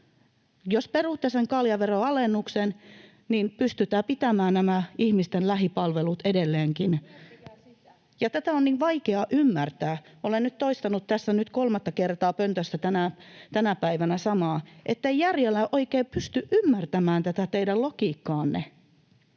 Jos perutte sen kaljaveron alennuksen, niin pystytään pitämään nämä ihmisten lähipalvelut edelleenkin. [Aino-Kaisa Pekonen: Miettikää sitä!] Tätä on niin vaikea ymmärtää. Olen nyt toistanut kolmatta kertaa pöntöstä tänä päivänä samaa, ettei järjellä oikein pysty ymmärtämään tätä teidän logiikkaanne.